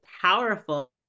powerful